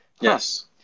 Yes